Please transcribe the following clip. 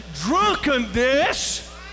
drunkenness